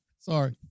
Sorry